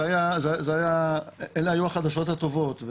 אלו היו החדשות הטובות.